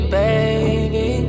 baby